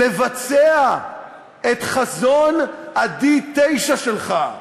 לבצע את חזון D9 שלך,